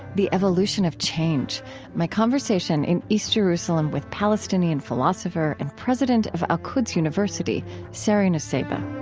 the evolution of change my conversation in east jerusalem with palestinian philosopher and president of al-quds university sari nusseibeh